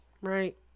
right